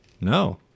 no